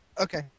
Okay